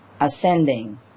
ascending